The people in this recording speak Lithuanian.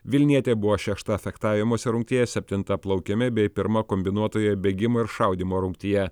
vilnietė buvo šešta fechtavimosi rungtyje septinta plaukime bei pirma kombinuotoje bėgimo ir šaudymo rungtyje